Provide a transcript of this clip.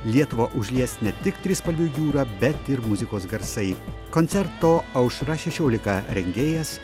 lietuvą užlies ne tik trispalvių jūra bet ir muzikos garsai koncerto aušra šešiolika rengėjas